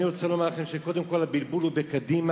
אני רוצה לומר לכם שקודם כול הבלבול הוא בקדימה,